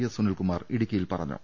S Sunil Kumar ഇടുക്കിയിൽ പറഞ്ഞു